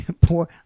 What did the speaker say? poor